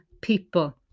people